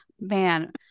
man